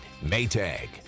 Maytag